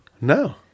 No